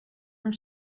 are